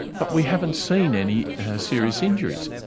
but we haven't seen any serious injuries.